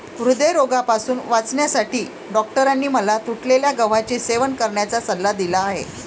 हृदयरोगापासून वाचण्यासाठी डॉक्टरांनी मला तुटलेल्या गव्हाचे सेवन करण्याचा सल्ला दिला आहे